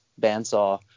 bandsaw